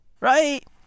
Right